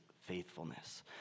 faithfulness